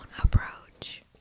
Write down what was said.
approach